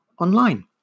online